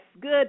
good